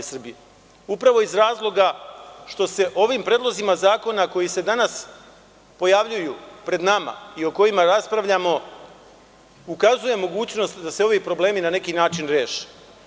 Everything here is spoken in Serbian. Upravo iz razloga što se ovim predlozima zakona koji se danas pojavljuju pred nama i o kojima raspravljamo ukazuje na mogućnost da se ovi problemi na neki način reše.